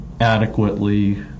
adequately